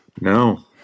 No